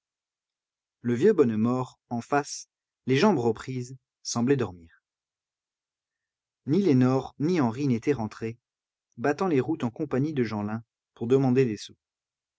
le vieux bonnemort en face les jambes reprises semblait dormir ni lénore ni henri n'étaient rentrés battant les routes en compagnie de jeanlin pour demander des sous